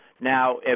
Now